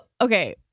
okay